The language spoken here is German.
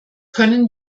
können